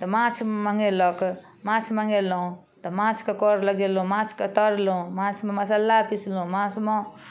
तऽ माछ मङ्गेलक माछ मङ्गेलहुँ तऽ माछके कर लगेलहुँ माछके तरलहुँ माछमे मसाला पिसलहुँ माछमे